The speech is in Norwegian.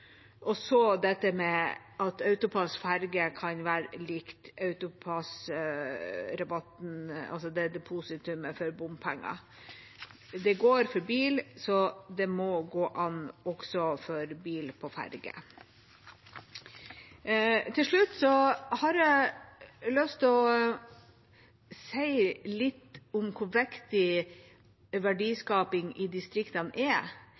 for bompenger. Det går for bil, og det må gå an også for bil på ferge. Til slutt har jeg lyst til å si litt om hvor viktig verdiskaping i distriktene er.